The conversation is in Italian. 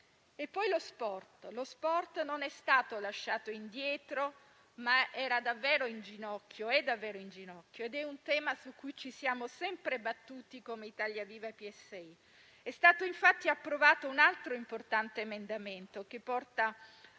Poi lo sport, che non è stato lasciato indietro, ma era ed è davvero in ginocchio; è un tema su cui ci siamo sempre battuti come Italia Viva-PSI. È stato infatti approvato un altro importante emendamento, che porta